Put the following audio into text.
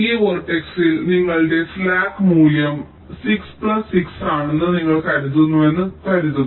ഈ വെർട്ടക്സിൽ നിങ്ങളുടെ സ്ലാക്ക് സ്ലാക്ക് മൂല്യം 6 പ്ലസ് 6 ആണെന്ന് നിങ്ങൾ കരുതുന്നുവെന്ന് കരുതുക